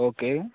okay